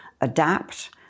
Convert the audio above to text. adapt